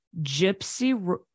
gypsy